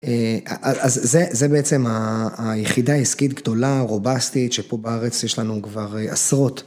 אז זה זה בעצם היחידה העסקית גדולה רובסטית שפה בארץ יש לנו כבר עשרות.